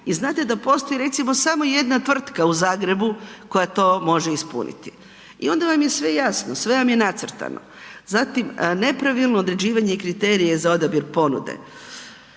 i znate da postoji recimo samo jedna tvrtka u Zagrebu koja to može ispuniti i onda vam je sve jasno, sve vam je nacrtano. Zatim, nepravilno određivanje kriterija za odabir ponude,